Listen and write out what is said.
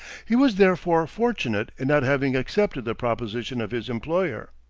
he was therefore fortunate in not having accepted the proposition of his employer.